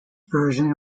version